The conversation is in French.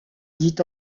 dit